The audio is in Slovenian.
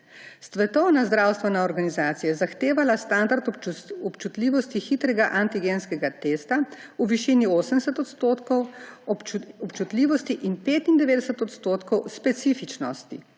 Svetovna zdravstvena organizacije je zahtevala standard občutljivosti hitrega antigenskega testa v višini 80 % občutljivosti in 95 % specifičnosti.